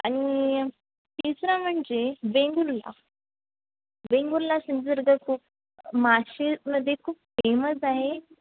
आणि तिसरं म्हणजे वेंगुर्ला वेंगुर्ला सिंधुदुर्ग खूप माशामध्ये खूप फेमस आहे